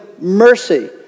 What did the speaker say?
mercy